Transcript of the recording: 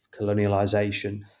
colonialization